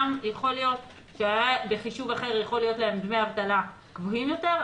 יכול להיות שבחישוב אחר יכול להיות להם דמי אבטלה גבוהים יותר,